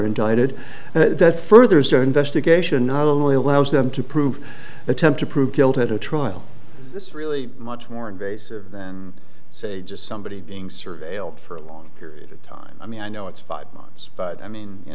indicted and that furthers the investigation not only allows them to prove attempt to prove guilt at a trial it's really much more invasive than say just somebody being surveilled for a long period of time i mean i know it's five months but i mean you